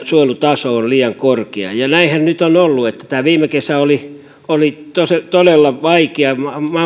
suojelutaso on liian korkea näinhän nyt on ollut että tämä viime kesä oli oli todella vaikea